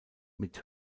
mit